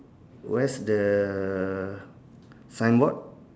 where's the sign board